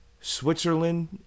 Switzerland